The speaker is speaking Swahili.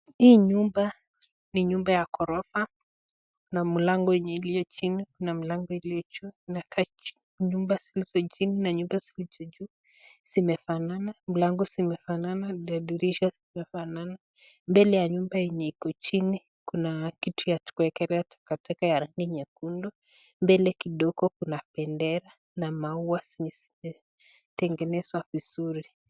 Hii nyumba ni nyumba ya ghorofa na mlango iliyo chini na mlango iliyi juu na nyumba zilizo chini na nyumba zilizo juu zinafanana mlango zinafanana , dirisha ziafanana mbele ya nyumba yenye Iko chini kuna kitu ya kuwekelea ya nyekundu mbele kuna bendera na maua zenye zimetengeneswa vizuri.